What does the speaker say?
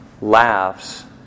laughs